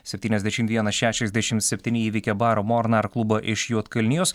septyniasdešimt vienas šešiasdešim septyni įveikė baro mornar klubą iš juodkalnijos